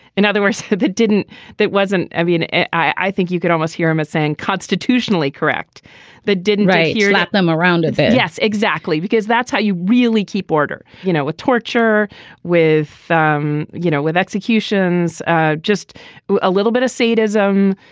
in other words that didn't that wasn't. i mean i think you could almost hear him as saying constitutionally correct that didn't write your slap them around. yes exactly. because that's how you really keep order you know with torture with um you know with executions just a little bit of sadism.